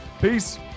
Peace